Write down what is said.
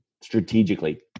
strategically